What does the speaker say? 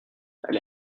elle